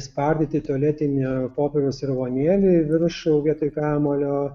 spardyti tualetinio popieriaus rulonėlį į viršų vietoj kamuolio